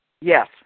Yes